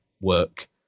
work